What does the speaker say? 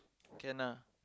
can ah